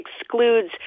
excludes